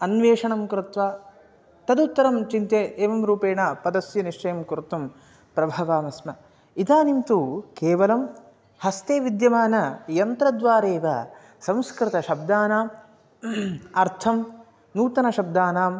अन्वेषणं कृत्वा तदुत्तरं चिन्त्य एवं रूपेण पदस्य निश्चयं कर्तुं प्रभवामः इदानीं तु केवलं हस्ते विद्यमानं यन्त्रद्वारैव संस्कृतशब्दानाम् अर्थं नूतनं शब्दानाम्